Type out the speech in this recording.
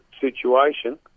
situation